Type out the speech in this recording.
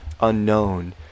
unknown